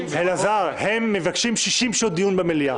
אלעזר, הם מבקשים 60 שעות דיון במליאה.